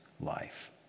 life